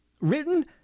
written